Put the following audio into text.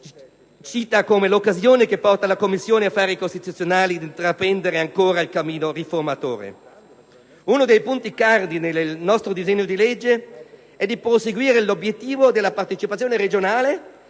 cita come l'occasione che porta la Commissione affari costituzionali ad intraprendere ancora il cammino riformatore. Uno dei punti cardine del nostro disegno di legge è quello di perseguire l'obiettivo della partecipazione regionale,